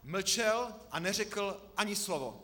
Mlčel a neřekl ani slovo.